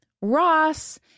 Ross